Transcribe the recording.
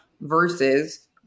versus